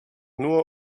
nur